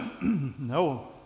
no